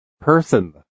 Person